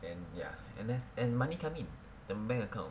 and ya and there's and money come into the bank account